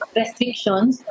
restrictions